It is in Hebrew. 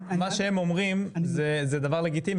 מה שהם אומרים וזה דבר לגיטימי,